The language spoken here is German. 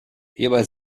hierbei